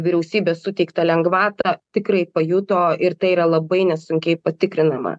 vyriausybės suteiktą lengvatą tikrai pajuto ir tai yra labai nesunkiai patikrinama